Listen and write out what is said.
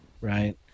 Right